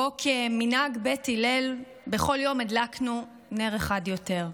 שבו, כמנהג בית הלל, בכל יום הדלקנו נר אחד יותר.